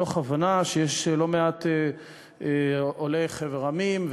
זאת מתוך הבנה שיש לא מעט עולי חבר העמים,